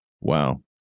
Wow